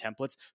templates